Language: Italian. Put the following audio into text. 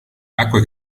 acque